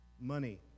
money